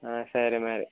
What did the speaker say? సరే మరి